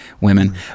women